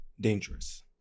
dangerous